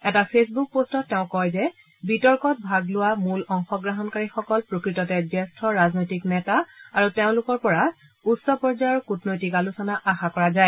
এটা ফেচবুক পষ্টত তেওঁ কয় যে বিতৰ্কত ভাগ লোৱা মূল অংশগ্ৰহণকাৰীসকল প্ৰকৃততে জ্যেষ্ঠ ৰাজনৈতিক নেতা আৰু তেওঁলোকৰ পৰা উচ্চ পৰ্যায়ৰ কূটনৈতিক আলোচনা আশাকৰা যায়